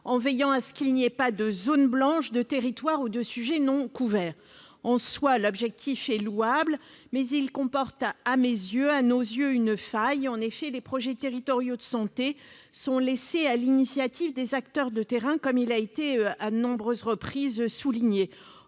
en veillant à ce qu'il n'y ait pas de zones blanches, de territoires ou de sujets non couverts. En soi, l'objectif est louable, mais il comporte, à nos yeux, une faille : en effet, les projets territoriaux de santé sont laissés à l'initiative des acteurs de terrain, comme cela a été souligné à de nombreuses reprises.